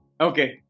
Okay